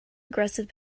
aggressive